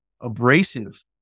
abrasive